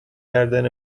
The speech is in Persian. کردن